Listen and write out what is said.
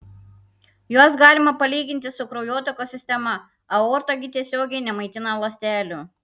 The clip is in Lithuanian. juos galima palyginti su kraujotakos sistema aorta gi tiesiogiai nemaitina ląstelių